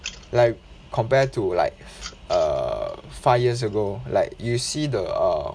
like compare to like err five years ago like you see the err